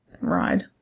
ride